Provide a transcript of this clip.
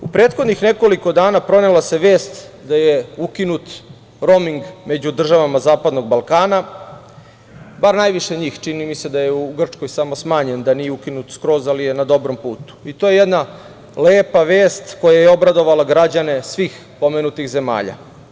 U prethodnih nekoliko dana pronela se vest da je ukinut roming među državama zapadnog Balkana, bar najviše njih, čini mi se da je u Grčkoj samo smanjen, da nije ukinut skroz ali je na dobrom putu i to je jedna lepa vest koja je obradovala građane svih pomenutih zemalja.